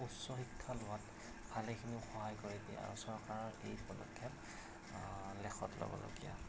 উচ্চ শিক্ষা লোৱাত ভালেখিনি সহায় কৰি দিয়ে আৰু চৰকাৰৰ এই পদক্ষেপ লেখত ল'বলগীয়া